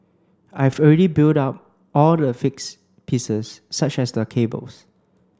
I've already built up all the fixed pieces such as the cables